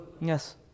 Yes